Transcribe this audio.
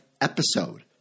episode